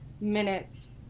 minutes